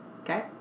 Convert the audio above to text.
Okay